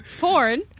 porn